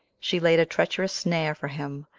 she laid a treacherous snare for him,